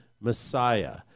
Messiah